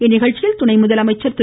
இந்நிகழ்ச்சியில் துணை முதலமைச்சர் திரு